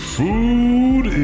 food